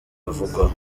bavugwaho